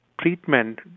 treatment